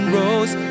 rose